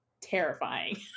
terrifying